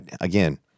again